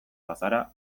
bazara